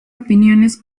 opiniones